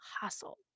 hustle